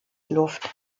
luft